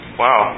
wow